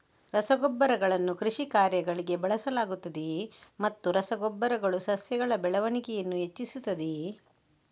ರಸಗೊಬ್ಬರಗಳನ್ನು ಕೃಷಿ ಕಾರ್ಯಗಳಿಗೆ ಬಳಸಲಾಗುತ್ತದೆಯೇ ಮತ್ತು ರಸ ಗೊಬ್ಬರಗಳು ಸಸ್ಯಗಳ ಬೆಳವಣಿಗೆಯನ್ನು ಹೆಚ್ಚಿಸುತ್ತದೆಯೇ?